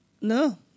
No